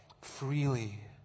freely